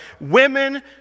women